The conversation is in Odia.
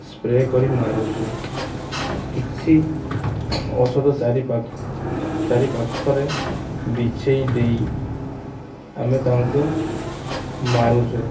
ସ୍ପ୍ରେ କରି ମାରୁଛୁ କିଛି ଔଷଧ ଚାରି ଚାରି ପାଖରେ ବିଛେଇ ଦେଇ ଆମେ ତାଙ୍କୁ ମାରୁଛୁ